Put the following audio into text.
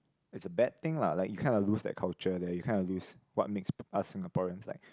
is a bad thing lah like you kinda lose that culture there you kinda lose what makes us Singaporeans like